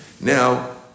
now